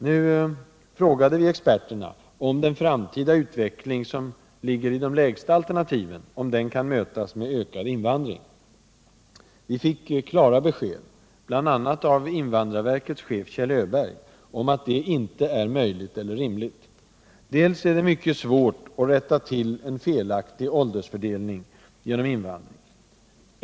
Nu frågade vi experterna om den framtida utveckling, som ligger i de lägsta alternativen, kan mötas med ökad invandring. Vi fick klara besked, bl.a. av invandrarverkets chef Kjell Öberg, om att detta inte är möjligt eller rimligt. Det är mycket svårt att rätta till en felaktig åldersfördelning genom invandring.